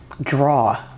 Draw